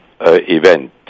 event